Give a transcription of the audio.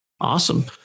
Awesome